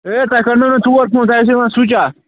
A تۄہہِ کٔرنو مےٚ ژور فون تۄہہِ اوسوٕ یِوان سُچ آف